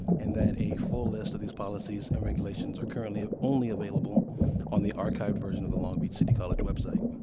and that a full list of these policies and regulations are currently only available on the archived version of the long beach city college website.